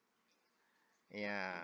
ya